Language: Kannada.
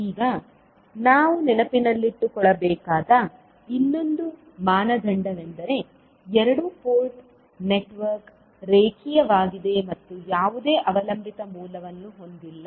ಈಗ ನಾವು ನೆನಪಿನಲ್ಲಿಟ್ಟುಕೊಳ್ಳಬೇಕಾದ ಇನ್ನೊಂದು ಮಾನದಂಡವೆಂದರೆ ಎರಡು ಪೋರ್ಟ್ ನೆಟ್ವರ್ಕ್ ರೇಖೀಯವಾಗಿದೆ ಮತ್ತು ಯಾವುದೇ ಅವಲಂಬಿತ ಮೂಲವನ್ನು ಹೊಂದಿಲ್ಲ